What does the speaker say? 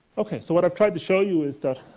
okay, so what i've tried to show you is that,